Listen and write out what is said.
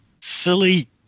silly